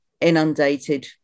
inundated